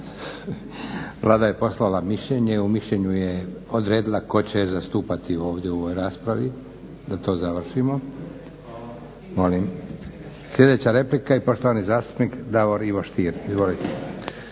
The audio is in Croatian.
Vlada je poslala mišljenje, u mišljenju je odredila tko će je zastupati ovdje u ovoj raspravi, da to završimo. Sljedeća replika i poštovani zastupnik Davor Ivo Stier. Izvolite.